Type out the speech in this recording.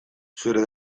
zure